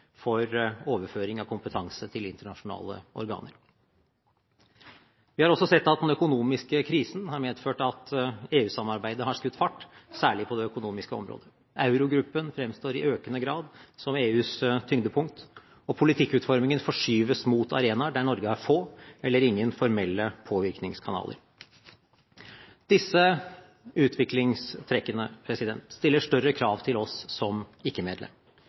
for overføring av kompetanse til internasjonale organer. Vi har også sett at den økonomiske krisen har medført at EU-samarbeidet har skutt fart, særlig på det økonomiske området. Euro-gruppen fremstår i økende grad som EUs tyngdepunkt, og politikkutformingen forskyves mot arenaer der Norge har få eller ingen formelle påvirkningskanaler. Disse utviklingstrekkene stiller større krav til oss som